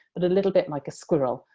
but a little bit like a squirrel.